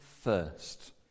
first